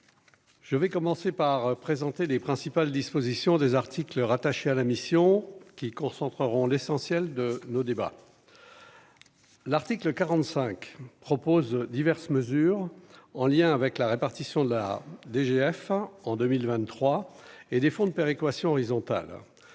je vais commencer par présenter les principales dispositions des articles rattachés à la mission qui concentreront l'essentiel de nos débats, l'article 45 propose diverses mesures, en lien avec la répartition de la DGF hein, en 2023 et des fonds de péréquation horizontale,